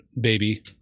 baby